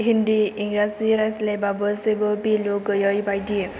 हिन्दि इंराजि रायज्लायबाबो जेबो बेलु गोयै बायदि